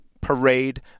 parade